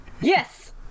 Yes